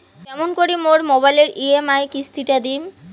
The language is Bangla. কেমন করি মোর মোবাইলের ই.এম.আই কিস্তি টা দিম?